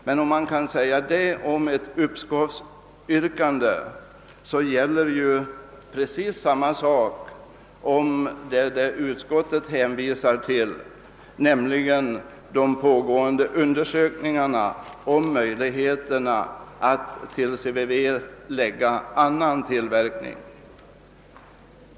Men om man kan säga detta om ett uppskovsyrkande, gäller ju precis samma sak om vad utskottet hänvisar till, nämligen de pågående undersökningarna om möjligheterna att till CVY förlägga annan tillverkning.